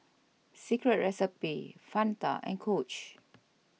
Secret Recipe Fanta and Coach